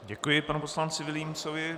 Děkuji panu poslanci Vilímcovi.